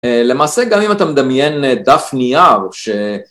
למעשה גם אם אתה מדמיין דף נייר ש...